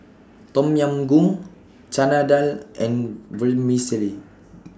Tom Yam Goong Chana Dal and Vermicelli